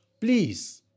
please